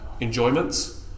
enjoyments